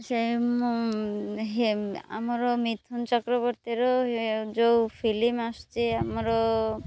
ସେ ଆମର ମିଥୁନ ଚକ୍ରବର୍ତ୍ତୀର ଯୋଉ ଫିଲିମ୍ ଆସୁଛି ଆମର